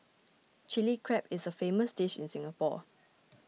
Chilli Crab is a famous dish in Singapore